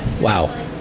Wow